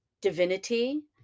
divinity